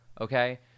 okay